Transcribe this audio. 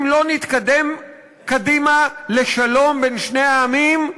אם לא נתקדם קדימה לשלום בין שני העמים,